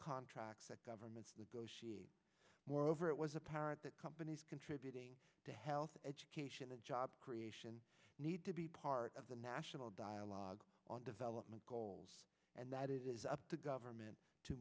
contracts that governments moreover it was apparent that companies contributing to health education and job creation need to be part of the national dialogue on development goals and that it is up to government to